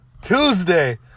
Tuesday